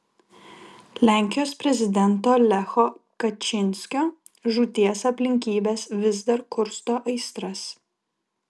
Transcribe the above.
lenkijos prezidento lecho kačynskio žūties aplinkybės vis dar kursto aistras